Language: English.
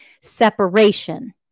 separation